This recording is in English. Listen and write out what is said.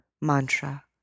Mantra